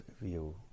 view